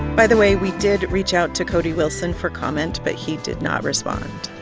by the way, we did reach out to cody wilson for comment, but he did not respond